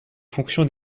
fonction